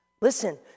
listen